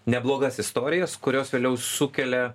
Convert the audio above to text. neblogas istorijas kurios vėliau sukelia